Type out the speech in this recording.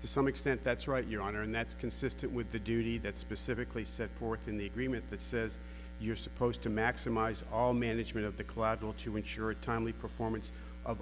to some extent that's right your honor and that's consistent with the duty that's specifically set forth in the agreement that says you're supposed to maximize all management of the collateral to ensure a timely performance of